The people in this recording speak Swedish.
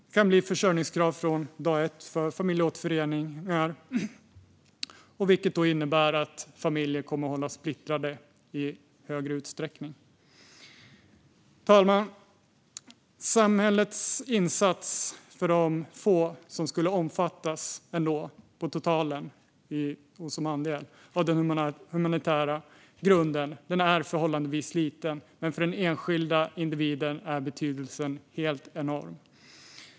Det kan bli försörjningskrav från dag ett för familjeåterförening, vilket i så fall innebär att familjer kommer att hållas splittrade i högre utsträckning. Fru talman! Samhällets insats för de ändå få, på totalen och som andel, som skulle omfattas av den humanitära grunden är förhållandevis liten. Men för den enskilda individen är betydelsen helt enorm.